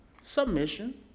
submission